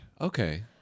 Okay